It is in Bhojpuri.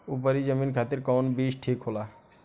उपरी जमीन खातिर कौन बीज ठीक होला?